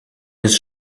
his